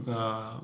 ఒక